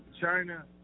China